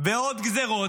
ועוד גזרות,